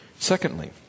Secondly